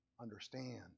understand